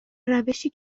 روشی